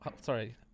sorry